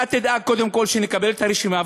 אתה תדאג קודם כול שנקבל את הרשימה,